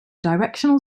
directional